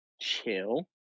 chill